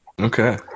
Okay